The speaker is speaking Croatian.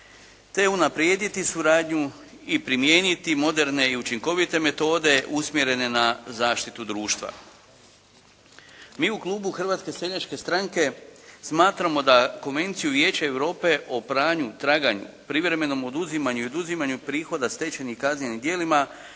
te unaprijediti suradnju i primijeniti moderne i učinkovite metode usmjerene na zaštitu društva. Mi u kubu Hrvatske seljačke stranke smatramo da Konvenciju Vijeća Europe o pranju, traganju, privremenom oduzimanju i oduzimanju prihoda stečenim kaznenim djelima